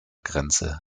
grenze